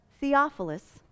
Theophilus